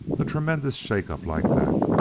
a tremendous shake-up like that!